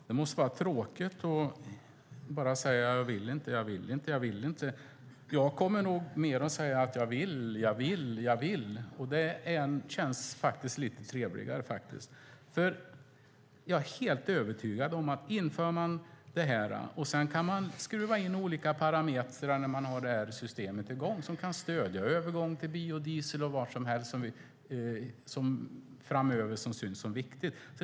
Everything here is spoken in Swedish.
Fru talman! Det måste vara tråkigt att bara säga: Jag vill inte, vill inte. Jag kommer nog mer att säga: Jag vill, jag vill. Och det känns faktiskt lite trevligare. Jag är helt övertygad om att om man inför kilometerskatt kan man skruva in olika parametrar när systemet är i gång som kan stödja övergången till biodiesel och vad som helst framöver som syns vara viktigt.